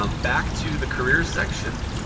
um back to the careers section.